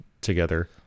together